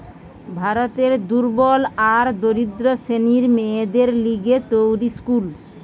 ভারতের দুর্বল আর দরিদ্র শ্রেণীর মেয়েদের লিগে তৈরী স্কুল